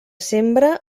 sembre